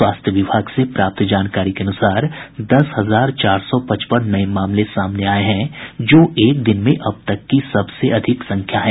स्वास्थ्य विभाग से प्राप्त जानकारी के अनुसार दस हजार चार सौ पचपन नये मामले सामने आये हैं जो एक दिन में अब तक की सबसे अधिक संख्या है